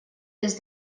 des